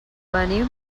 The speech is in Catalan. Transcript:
venim